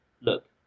look